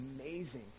amazing